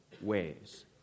ways